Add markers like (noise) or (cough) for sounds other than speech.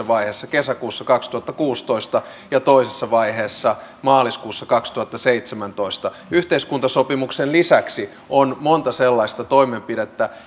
(unintelligible) vaiheessa kesäkuussa kaksituhattakuusitoista ja toisessa vaiheessa maaliskuussa kaksituhattaseitsemäntoista yhteiskuntasopimuksen lisäksi on monta sellaista toimenpidettä (unintelligible)